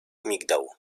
migdał